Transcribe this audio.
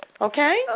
Okay